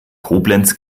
koblenz